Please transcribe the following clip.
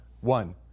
one